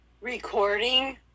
recording